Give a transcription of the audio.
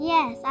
Yes